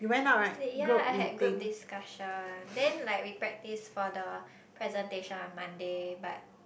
yesterday ya I had group discussion then like we practice for the presentation on Monday but